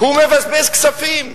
הוא מבזבז כספים.